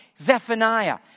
Zephaniah